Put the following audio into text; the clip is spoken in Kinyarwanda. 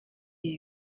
ibi